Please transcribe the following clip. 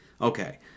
Okay